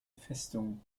festung